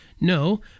no